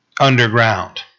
underground